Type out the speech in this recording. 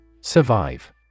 Survive